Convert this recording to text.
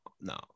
no